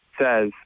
says